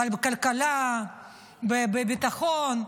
אבל בכלכלה, בביטחון,